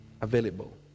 available